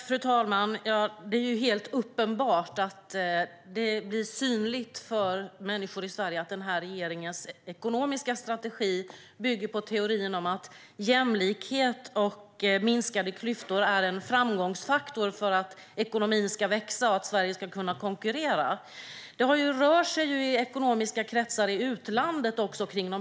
Fru talman! Det är helt uppenbart att det blir synligt för människor i Sverige att regeringens ekonomiska strategi bygger på teorin att jämlikhet och minskade klyftor är en framgångsfaktor för att ekonomin ska växa och för att Sverige ska kunna konkurrera. Det rör sig också i dessa frågor i ekonomiska kretsar i utlandet.